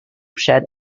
shed